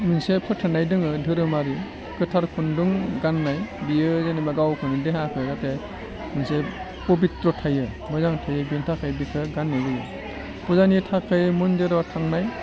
मोनसे फोथायनाय दङ धोरोमारि गोथार खुन्दुं गान्नाय बेयो जेनेबा गावखौनो देहाखौ जाहाथे मोनसे पबित्र थायो मोजां थायो बेनि थाखाय बेखौ गान्नाय जायो फुजानि थाखाय मन्दिराव थांनाय